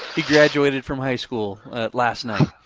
he graduated from high school last night. oh,